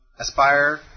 Aspire